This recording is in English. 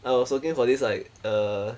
I was working for this like err